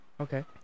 okay